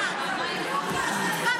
צריך לקצוב את הספירה בזמן.